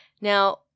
Now